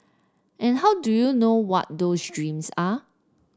and how do you know what those dreams are